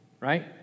right